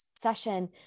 session